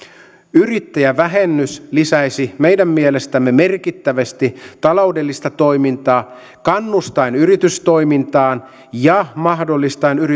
yrittäjävähennys lisäisi meidän mielestämme merkittävästi taloudellista toimintaa kannustaen yritystoimintaan ja mahdollistaen